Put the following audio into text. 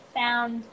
found